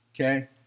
okay